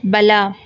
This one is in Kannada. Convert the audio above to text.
ಬಲ